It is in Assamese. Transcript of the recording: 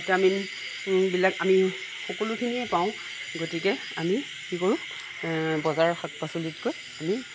ভিটামিনবিলাক আমি সকলোখিনিয়ে পাওঁ গতিকে আমি কি কৰোঁ বজাৰৰ শাক পাচলিতকৈ আমি